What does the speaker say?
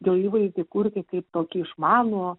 jo įvaizdį kurti kaip tokį išmanų